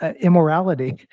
immorality